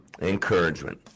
encouragement